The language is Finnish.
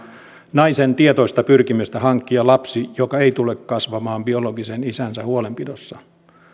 naisen tietoista pyrkimystä hankkia lapsi joka ei tule kasvamaan biologisen isänsä huolenpidossa